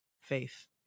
Faith